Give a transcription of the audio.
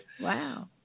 Wow